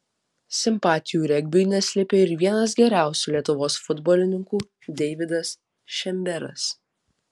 simpatijų regbiui neslėpė ir vienas geriausių lietuvos futbolininkų deividas šemberas